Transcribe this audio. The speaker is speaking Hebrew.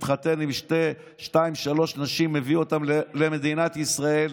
מתחתן עם שתיים-שלוש נשים ומביא אותן למדינת ישראל.